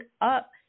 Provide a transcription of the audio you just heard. up